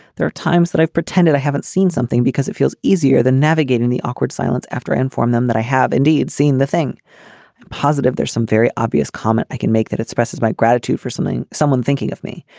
there are times that i've pretended i haven't seen something because it feels easier than navigating the awkward silence after i inform them that i have indeed seen the thing positive there's some very obvious comment i can make that expresses my gratitude for something someone thinking of me.